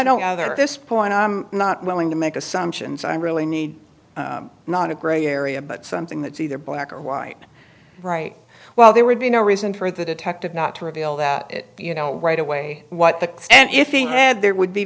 know that at this point i'm not willing to make assumptions i really need not a gray area but something that's either black or white right well there would be no reason for the detective not to reveal that it you know right away what the cause and if he had there would be